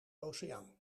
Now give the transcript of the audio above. oceaan